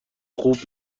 خوب